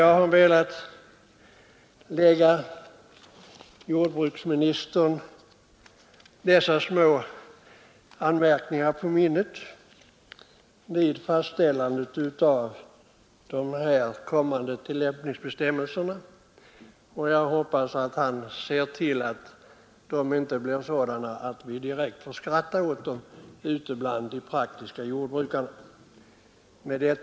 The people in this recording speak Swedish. Jag har velat göra dessa små anmärkningar för att jordbruksministern skall kunna ha dem i åtanke vid fastställandet av tillämpningsbestämmelserna. Jag hoppas att han ser till att de inte blir sådana att vi direkt får skratta åt dem ute bland de praktiskt verksamma jordbrukarna. Herr talman!